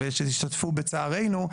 ושתשתתפו בצערנו,